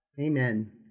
Amen